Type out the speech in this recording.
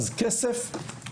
אז: כסף, רגולציה,